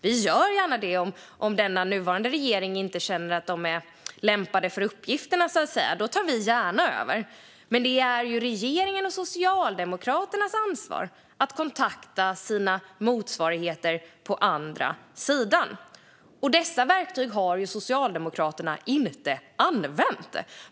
Och vi gör det gärna om den nuvarande regeringen inte känner sig lämpad för uppgiften. Vi tar gärna över. Men det är regeringens och Socialdemokraternas ansvar att kontakta sina motsvarigheter på andra sidan. Dessa verktyg har Socialdemokraterna inte använt.